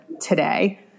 today